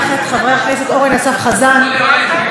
חבר הכנסת אורן אסף חזן, בבקשה.